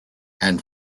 and